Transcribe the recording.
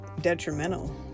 detrimental